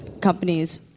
companies